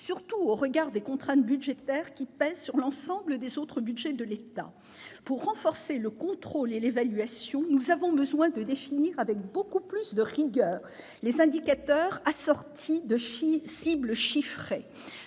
surtout au regard des contraintes budgétaires qui pèsent sur l'ensemble des autres budgets de l'État. Pour renforcer le contrôle et l'évaluation, nous avons besoin de définir avec beaucoup plus de rigueur des indicateurs assortis de cibles chiffrées.